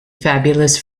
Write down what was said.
fabulous